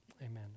amen